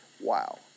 Wow